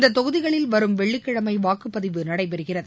இந்த தொகுதிகளில் வரும் வெள்ளிக்கிழமை வாக்குப்பதிவு நடைபெறுகிறது